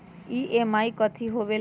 EMI कथी होवेले?